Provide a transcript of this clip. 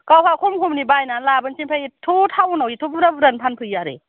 गावहा खम खमनि बायना लाबोनसै ओमफ्राय एथ' टावन आव एथ' बुर्जा बुर्जा नि फानफैयो आरो